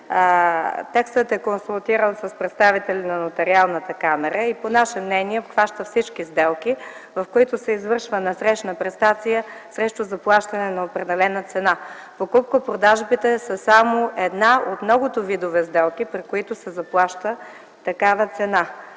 Текстът е консултиран с представители на Нотариалната камара и по наше мнение обхваща всички сделки, в които се извършва насрещна престация срещу заплащане на определена цена. Покупко-продажбите са само една от многото видове сделки, при които се заплаща такава цена,